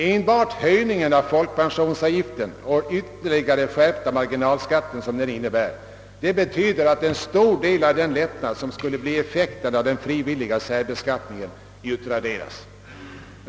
Enbart höjningen av folkpensionsavgiften och den ytterligare skärpning av marginalskatten som detta innebär, betyder att en stor del av den lättnad som skulle bli effekten av den frivilliga särbeskattningen utraderas.